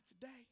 today